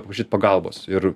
prašyt pagalbos ir